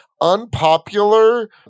unpopular